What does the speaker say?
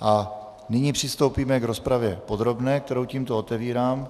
A nyní přistoupíme k rozpravě podrobné, kterou tímto otevírám.